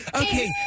okay